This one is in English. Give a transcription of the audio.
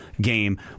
game